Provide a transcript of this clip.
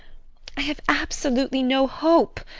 i have absolutely no hope,